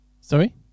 Sorry